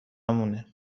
مونه